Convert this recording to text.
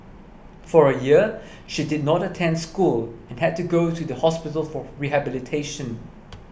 for a year she did not attend school had to go to the hospital for rehabilitation